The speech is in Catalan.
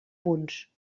punts